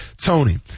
Tony